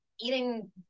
eating